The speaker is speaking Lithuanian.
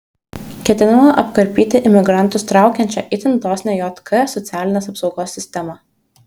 ketinama apkarpyti imigrantus traukiančią itin dosnią jk socialinės apsaugos sistemą